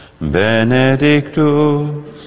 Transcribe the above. benedictus